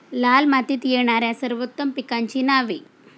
लाल मातीत येणाऱ्या सर्वोत्तम पिकांची नावे?